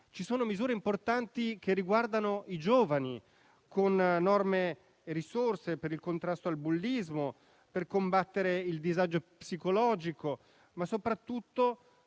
Ci sono misure importanti che riguardano i giovani, con norme e risorse per il contrasto al bullismo, per combattere il disagio psicologico, ma soprattutto